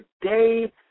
day